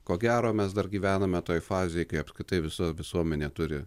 ko gero mes dar gyvename toj fazėj kai apskritai visa visuomenė turi